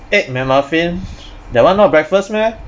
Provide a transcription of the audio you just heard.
egg mcmuffin that one not breakfast meh